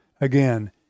again